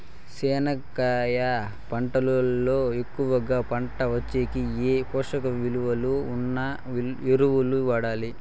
చెనక్కాయ పంట లో ఎక్కువగా పంట వచ్చేకి ఏ పోషక విలువలు ఉన్న ఎరువులు వాడాలి?